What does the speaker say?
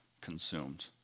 consumed